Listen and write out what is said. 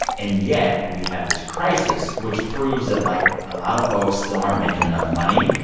and yet we have this crisis, which proves that, like, a lot of folks still aren't making enough money.